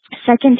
Second